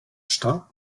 starr